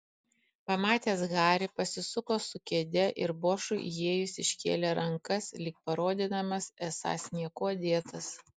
pamatęs harį pasisuko su kėde ir bošui įėjus iškėlė rankas lyg parodydamas esąs niekuo dėtas